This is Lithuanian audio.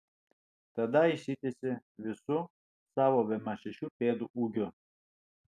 tada išsitiesė visu savo bemaž šešių pėdų ūgiu